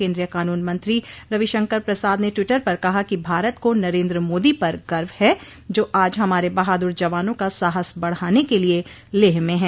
केन्द्रीय कानून मंत्री रविशंकर प्रसाद ने टिवटर पर कहा कि भारत को नरेन्द्र मोदी पर गर्व है जो आज हमारे बहादुर जवानों का साहस बढ़ाने के लिए लेह में हैं